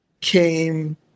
came